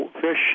fish